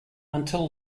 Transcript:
until